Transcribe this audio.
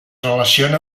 relaciona